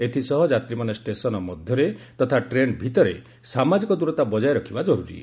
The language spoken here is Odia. ଏଥିସହ ଯାତ୍ରୀମାନେ ଷ୍ଟେସନ ମଧ୍ୟରେ ତଥା ଟ୍ରେନ୍ ଭିତରେ ସାମାଜିକ ଦୂରତା ବଜାୟ ରଖିବା ଜର୍ରୀ